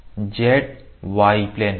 यह z y plane है